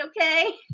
okay